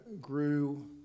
grew